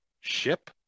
ship